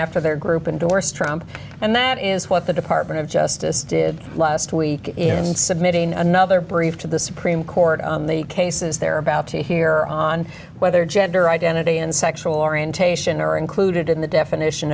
after their group indorse trump and that is what the department of justice did last week in submitting another brief to the supreme court on the cases they're about to hear on whether gender identity and sexual orientation are included in the definition